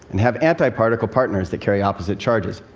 and have antiparticle partners that carry opposite charges.